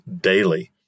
daily